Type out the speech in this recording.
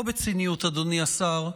לא בציניות, אדוני השר,